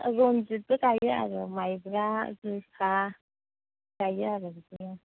रन्जितबो गायो आरो माइब्रा जोसा गायो आरो बिदिनो